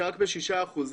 שרק ב-6%,